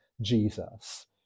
Jesus